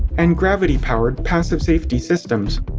and gravity powered passive safety systems.